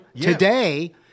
today